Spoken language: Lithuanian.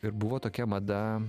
ir buvo tokia mada